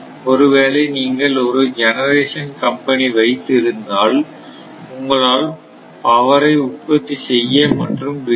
ஒருவேளை நீங்கள் ஒரு ஜெனரேஷன் கம்பெனி வைத்து இருந்தால் உங்களால் பவரை உற்பத்தி செய்ய மற்றும் விற்க முடியும்